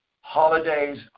holidays